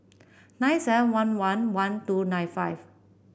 nine seven one one one two nine five